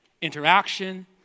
interaction